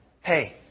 hey